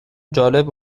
جالب